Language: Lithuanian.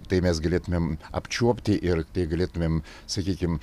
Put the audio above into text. tai mes galėtumėm apčiuopti ir tai galėtumėm sakykim